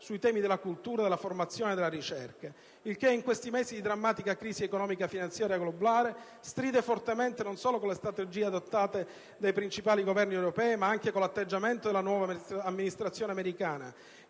sui temi della cultura, della formazione e della ricerca. Il che, in questi mesi di drammatica crisi economico-finanziaria globale, stride fortemente non solo con le strategie adottate dei principali Governi europei, ma anche con 1'atteggiamento della nuova amministrazione americana,